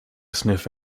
sniff